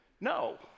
No